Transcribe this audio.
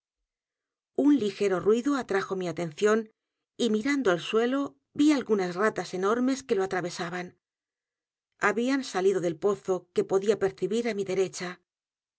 un ligero ruido atrajo mi atención y mirando al suelo vi algunas ratas enormes que lo atravesaban habían salido del pozo que podía percibir á mi derecha